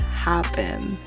Happen